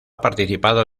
participado